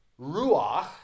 ruach